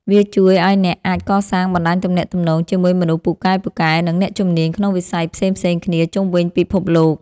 វាជួយឱ្យអ្នកអាចកសាងបណ្តាញទំនាក់ទំនងជាមួយមនុស្សពូកែៗ និងអ្នកជំនាញក្នុងវិស័យផ្សេងៗគ្នាជុំវិញពិភពលោក។